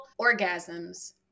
orgasms